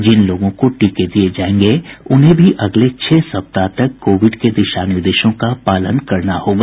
जिन लोगों को टीके दिये जायेंगे उन्हें भी अगले छह सप्ताह तक कोविड के दिशा निर्देशों का पालन करना होगा